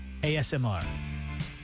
ASMR